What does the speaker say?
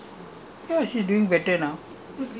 she have a shop there lah she still has her shop there